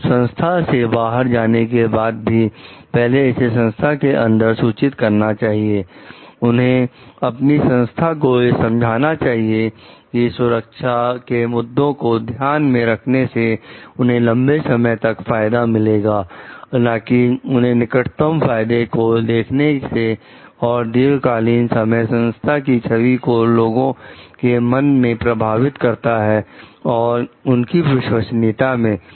तो संस्था से बाहर जाने के बाद भी पहले इसे संस्था के अंदर सूचित करना चाहिए उन्हें अपनी संस्था को यह समझाना चाहिए कि सुरक्षा के मुद्दे को ध्यान में रखने से उन्हें लंबे समय तक फायदा मिलेगा ना कि उन्हें निकटतम फायदों को देखने से और दीर्घकालीन समय संस्था की छवि को लोगों के मन में प्रभावित करता है और उनकी विश्वसनीयता में